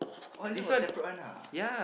orh this one got separate one ah